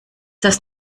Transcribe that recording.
das